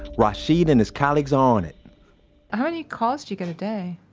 rashid and his colleagues are on it how many calls do you get a day?